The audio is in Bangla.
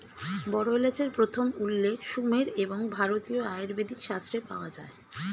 বড় এলাচের প্রথম উল্লেখ সুমের এবং ভারতীয় আয়ুর্বেদিক শাস্ত্রে পাওয়া যায়